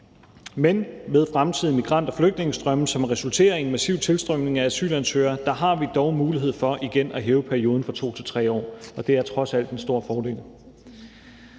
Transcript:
Men ved fremtidige migrant- og flygtningestrømme, som resulterer i en massiv tilstrømning af asylansøgere, har vi dog mulighed for igen at hæve perioden fra 2 til 3 år, og det er trods alt en stor fordel.